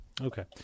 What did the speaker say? okay